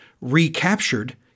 recaptured